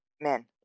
men